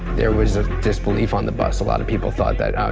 there was a disbelief on the bus. a lot of people thought that, oh,